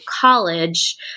college